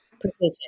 precision